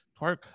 Twerk